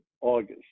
August